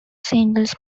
singles